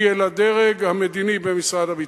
היא אל הדרג המדיני במשרד הביטחון,